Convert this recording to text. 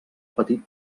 petit